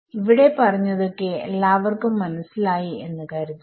ഇവിടെ പറഞ്ഞതൊക്കെ എല്ലാവർക്കും മനസ്സിലായി എന്ന് കരുതുന്നു